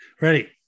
Ready